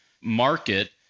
market